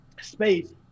space